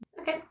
Okay